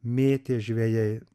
mėtė žvejai